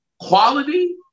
Quality